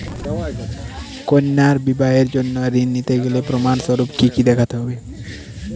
কন্যার বিবাহের জন্য ঋণ নিতে গেলে প্রমাণ স্বরূপ কী কী দেখাতে হবে?